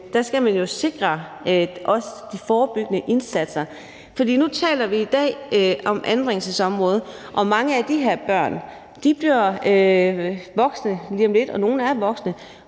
jo skal sikre de forebyggende indsatser. Nu taler vi i dag om anbringelsesområdet, og mange af de her børn bliver voksne lige om lidt – og nogle er voksne